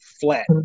flat